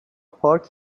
پارک